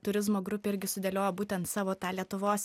turizmo grupė irgi sudėliojo būtent savo tą lietuvos